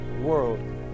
world